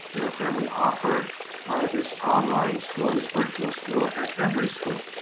you know can we offer this online school, this virtual school, at every school?